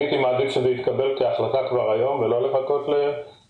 אני הייתי מעדיף שזה יתקבל כהחלטה כבר היום ולא לחכות לאוגוסט.